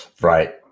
right